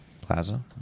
Plaza